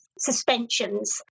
suspensions